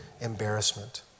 embarrassment